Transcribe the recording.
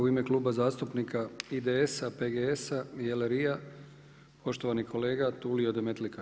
U ime Kluba zastupnika IDS-PGS-LRI-a poštovani kolega Tulio Demetlika.